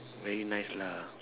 very nice lah